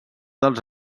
dels